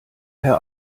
herr